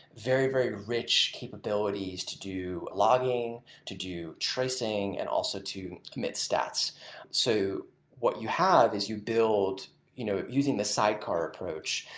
very, very rich capabilities to do logging, to do tracing, and also to commit stats so what you have is you build you know using the sidecar approach,